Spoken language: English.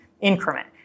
increment